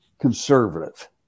conservative